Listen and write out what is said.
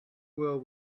will